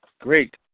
Great